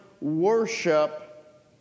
worship